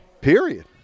period